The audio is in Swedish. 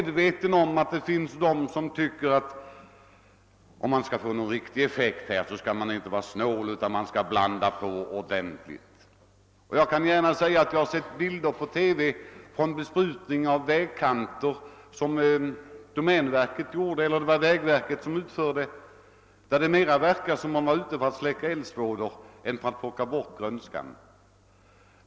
Det finns de som tycker att om man skall få någon riktig effekt skall man inte vara snål utan blanda till ordentligt. Och jag har sett bilder i TV från besprutning av vägkanter som utfördes av vägverket, där det mera verkade som om vederbörande var ute för att släcka eldsvådor än för att få bort grönskan.